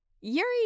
Yuri